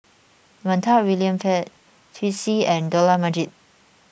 Montague William Pett Twisstii and Dollah Majid